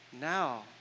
now